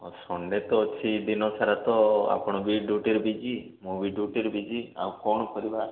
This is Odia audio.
ସନ୍ଡ଼େ ତ ଅଛି ଦିନସାରା ତ ଆପଣ ବି ଡ୍ୟୁଟିରେ ବିଜି ମୁଁ ବି ଡ୍ୟୁଟିରେ ବିଜି ଆଉ କ'ଣ କରିବା